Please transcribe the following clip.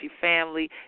family